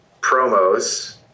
promos